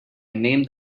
name